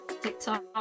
TikTok